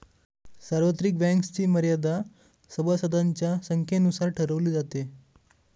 सार्वत्रिक बँक्सची मर्यादा सभासदांच्या संख्येनुसार ठरवली जाते